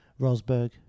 Rosberg